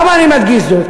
למה אני מדגיש זאת?